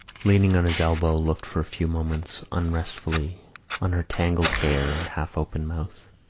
leaning on his elbow, looked for a few moments unresentfully on her tangled hair and half-open mouth,